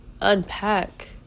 unpack